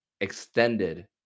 extended